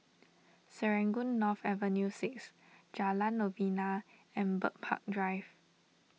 Serangoon North Avenue six Jalan Novena and Bird Park Drive